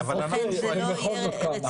זה לא יהיה רציני להגיד.